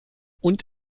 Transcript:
und